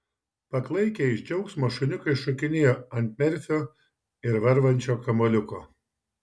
paklaikę iš džiaugsmo šuniukai šokinėjo ant merfio ir varvančio kamuoliuko